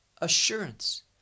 assurance